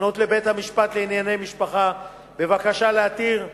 לפנות לבית-המשפט לענייני משפחה בבקשה להתיר לרשם,